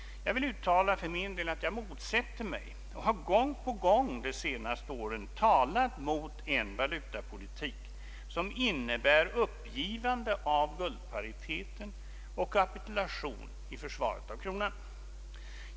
Jag vill för min del uttala att jag motsätter mig och under de senaste åren gång på gång talat mot en valutapolitik som innebär uppgivande av guldpariteten och kapitulation i försvaret av kronan.